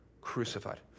crucified